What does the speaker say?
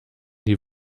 die